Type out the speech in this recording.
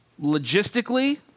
Logistically